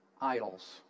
idols